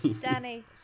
Danny